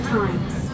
times